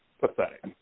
pathetic